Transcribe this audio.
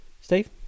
Steve